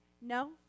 No